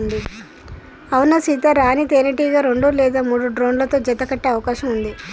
అవునా సీత, రాణీ తేనెటీగ రెండు లేదా మూడు డ్రోన్లతో జత కట్టె అవకాశం ఉంది